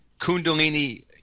kundalini